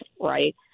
right